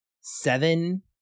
seven